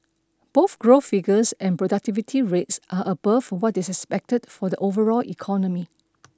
both growth figures and productivity rates are above what is expected for the overall economy